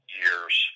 years